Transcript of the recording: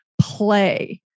play